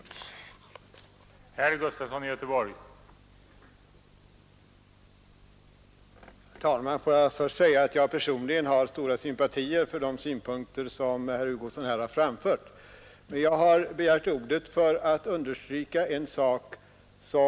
RS anslagsehov